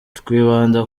twibanda